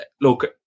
Look